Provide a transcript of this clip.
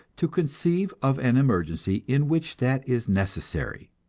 to conceive of an emergency in which that is necessary.